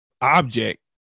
object